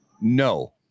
No